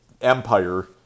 Empire